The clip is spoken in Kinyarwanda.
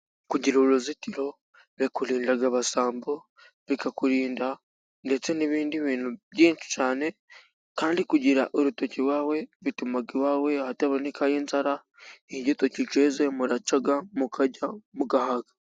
Kugira uruzitiro bikurinda abasambo, bikakurinda ndetse n'ibindi bintu byinshi cyane. Kandi kugira urutoki iwawe bituma iwawe hataboka inzara. Iyo igitoki cyeze, muraca, mukarya mugahaga.